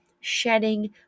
shedding